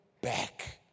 back